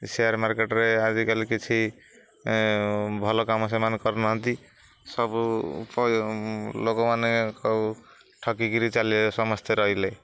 share ମାର୍କେଟରେ ଆଜିକାଲି କିଛି ଭଲ କାମ ସେମାନେ କରୁନାହାନ୍ତି ସବୁ ଲୋକମାନେ ସବୁ ଠକିକିରି ଚାଲି ସମସ୍ତେ ରହିଲେ